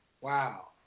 Wow